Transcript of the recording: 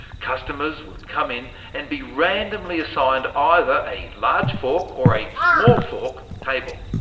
customers would come in, and be randomly assigned either a large fork or a small fork table.